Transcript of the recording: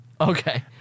Okay